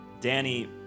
Danny